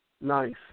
Nice